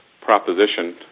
proposition